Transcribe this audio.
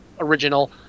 original